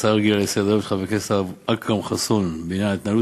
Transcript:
הצעה רגילה לסדר-היום של חבר הכנסת אכרם חסון בעניין התנהלות